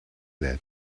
that